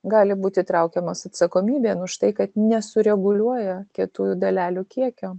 gali būti traukiamos atsakomybėn už tai kad nesureguliuoja kietųjų dalelių kiekio